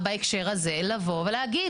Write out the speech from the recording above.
הזכרתי את הדוגמה של כיבוי אש.